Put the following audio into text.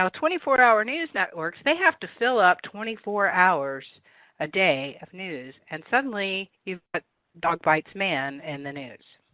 twenty four hour news networks, they have to fill up twenty four hours a day of news and suddenly you've got dog bites man! in the news.